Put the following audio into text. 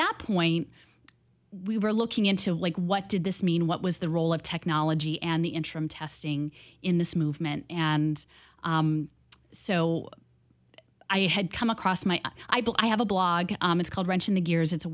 that point we were looking into like what did this mean what was the role of technology and the interim testing in this movement and so i had come across my i bill i have a blog it's called wrench in the gears it's a